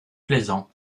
plaisant